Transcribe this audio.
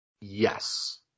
Yes